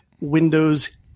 Windows